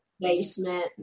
basement